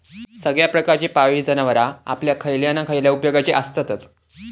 सगळ्या प्रकारची पाळीव जनावरां आपल्या खयल्या ना खयल्या उपेगाची आसततच